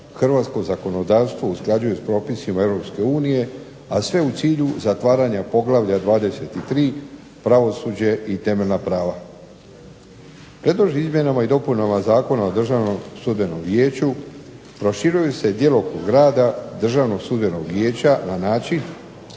hrvatsko zakonodavstvo usklađuje s propisima EU, a sve u cilju zatvaranja Poglavlja 23. – Pravosuđe i temeljna prava. Predloženim izmjenama i dopunama Zakona o Državnom sudbenom vijeću proširuje se djelokrug rada Državnog sudbenog vijeća na način